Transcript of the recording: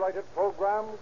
Program